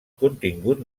contingut